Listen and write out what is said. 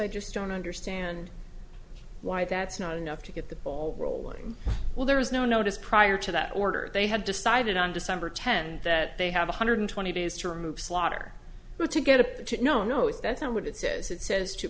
i just don't understand why that's not enough to get the ball rolling well there is no notice prior to that order they have decided on december tenth that they have one hundred twenty days to remove slaughter who to get a no no that's not what it says it says to